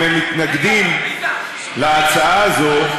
מתנגדים להצעה הזאת,